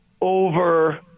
over